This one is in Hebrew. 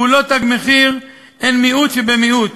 פעולות "תג מחיר" הן מיעוט שבמיעוט,